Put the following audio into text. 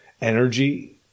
energy